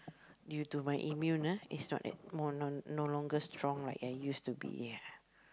due to my immune ah is not at no longer strong like I used to be ah